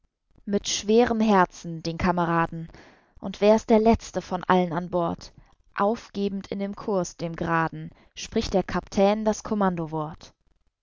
mit schwerem herzen den kameraden und wär es der letzte von allen an bord aufgebend in dem kurs dem graden spricht der kap'tän das kommandowort